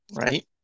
Right